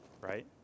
right